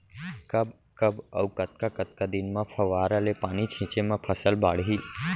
कब कब अऊ कतका कतका दिन म फव्वारा ले पानी छिंचे म फसल बाड़ही?